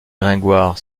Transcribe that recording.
gringoire